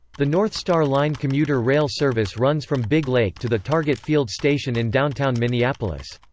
the northstar line commuter rail service runs from big lake to the target field station in downtown minneapolis.